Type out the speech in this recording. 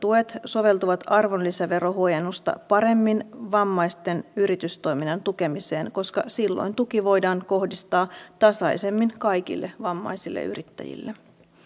tuet soveltuvat arvonlisäverohuojennusta paremmin vammaisten yritystoiminnan tukemiseen koska silloin tuki voidaan kohdistaa tasaisemmin kaikille vammaisille yrittäjille